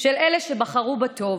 של אלה שבחרו בטוב,